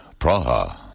Praha